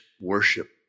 worship